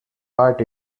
part